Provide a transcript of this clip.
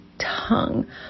tongue